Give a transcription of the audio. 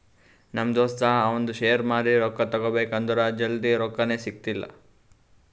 ನಮ್ ದೋಸ್ತ ಅವಂದ್ ಶೇರ್ ಮಾರಿ ರೊಕ್ಕಾ ತಗೋಬೇಕ್ ಅಂದುರ್ ಜಲ್ದಿ ರೊಕ್ಕಾನೇ ಸಿಗ್ತಾಯಿಲ್ಲ